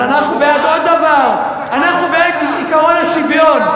אבל אנחנו בעד עוד דבר, אנחנו בעד עקרון השוויון.